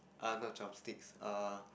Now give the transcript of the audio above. err not chopsticks err